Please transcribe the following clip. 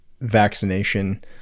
vaccination